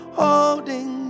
holding